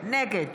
נגד